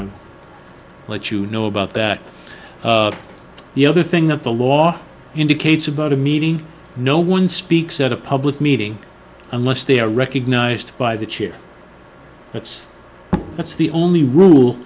and let you know about that the other thing of the law indicates about a meeting no one speaks at a public meeting unless they are recognized by the chair that's that's the only rule